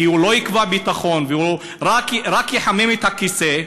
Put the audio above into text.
כי הוא לא יקבע ביטחון אלא רק יחמם את הכיסא,